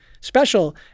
special